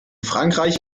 frankreich